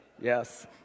Yes